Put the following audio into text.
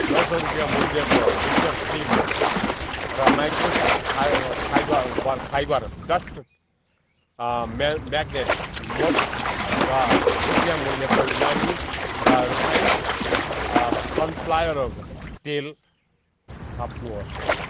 नौ सय रुपियाँ मूल्यको मिस्टर ग्लिम र माइक्रोफा फाइबर फाइबर बर फाइबर डस्ट म्या म्यागनेट मोप र रुपियाँ मूल्यको इमामी र रिफाइन्ड सनफ्लावर तेल थप्नु होस्